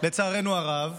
לצערנו הרב.